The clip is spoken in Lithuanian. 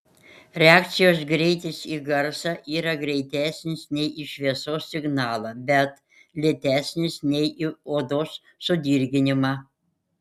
reakcijos greitis į garsą yra greitesnis nei į šviesos signalą bet lėtesnis nei į odos sudirginimą